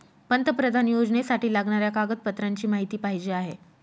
पंतप्रधान योजनेसाठी लागणाऱ्या कागदपत्रांची माहिती पाहिजे आहे